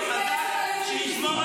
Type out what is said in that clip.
איך אתה מחייך?